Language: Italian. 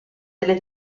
delle